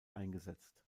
eingesetzt